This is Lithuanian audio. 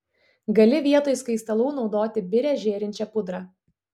gali vietoj skaistalų naudoti birią žėrinčią pudrą